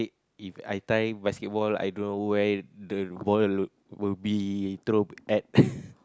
If I try basketball I don't know where the ball the will be throw at